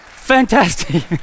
fantastic